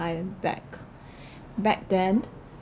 time back back then